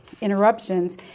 interruptions